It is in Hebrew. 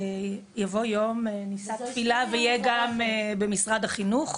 יבוא יום, נישא תפילה ויהיה גם במשרד החינוך.